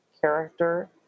character